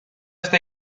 está